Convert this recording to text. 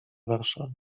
warszawie